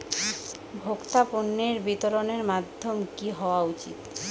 ভোক্তা পণ্যের বিতরণের মাধ্যম কী হওয়া উচিৎ?